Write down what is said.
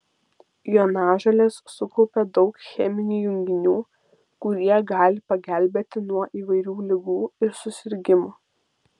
jonažolės sukaupia daug cheminių junginių kurie gali pagelbėti nuo įvairių ligų ir susirgimų